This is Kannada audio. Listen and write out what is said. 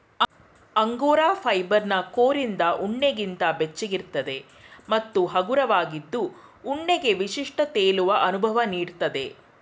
ಅಂಗೋರಾ ಫೈಬರ್ನ ಕೋರಿಂದ ಉಣ್ಣೆಗಿಂತ ಬೆಚ್ಚಗಿರ್ತದೆ ಮತ್ತು ಹಗುರವಾಗಿದ್ದು ಉಣ್ಣೆಗೆ ವಿಶಿಷ್ಟ ತೇಲುವ ಅನುಭವ ನೀಡ್ತದೆ